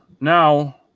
now